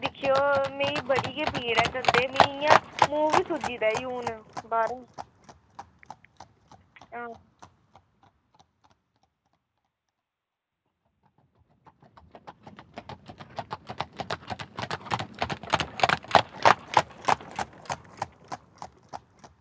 दिक्खेओ मिगी बड़ी गै पीड़ ऐ दंदें ई मी इ'यां मूंह् बी सुज्जी गेदा ई हून बाह्रा हां